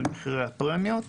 על מחירי הפרמיות.